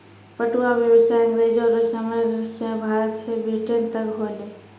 पटुआ व्यसाय अँग्रेजो रो समय से भारत से ब्रिटेन तक होलै